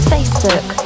Facebook